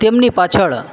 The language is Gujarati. તેમની પાછળ